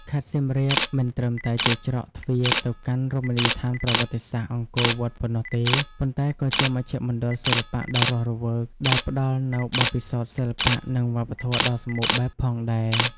ខេត្តសៀមរាបមិនត្រឹមតែជាច្រកទ្វារទៅកាន់រមណីយដ្ឋានប្រវត្តិសាស្ត្រអង្គរវត្តប៉ុណ្ណោះទេ ប៉ុន្តែក៏ជាមជ្ឈមណ្ឌលសិល្បៈដ៏រស់រវើក ដែលផ្តល់នូវបទពិសោធន៍សិល្បៈ និងវប្បធម៌ដ៏សម្បូរបែបផងដែរ។